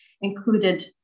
included